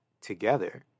together